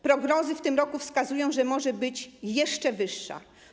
Prognozy w tym roku wskazują, że może być jeszcze wyższa.